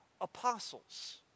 apostles